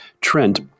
Trent